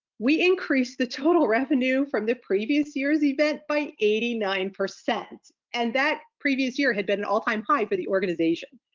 we increase the total revenue from the previous year's event by eighty nine. and that previous year had been an all time high for the organization.